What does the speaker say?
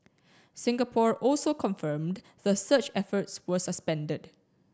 Singapore also confirmed the search efforts was suspended